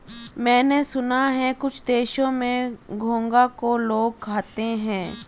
मैंने सुना है कुछ देशों में घोंघा को लोग खाते हैं